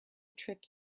trick